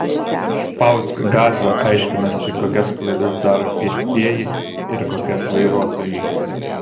spausk gazą aiškinosi kokias klaidas daro pėstieji ir kokias vairuotojai